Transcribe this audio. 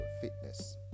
fitness